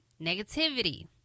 negativity